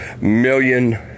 million